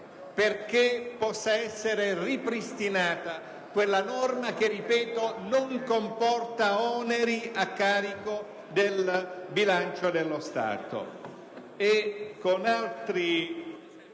perché possa essere ripristinata una norma che, ripeto, non comporta oneri a carico del bilancio dello Stato.